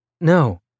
No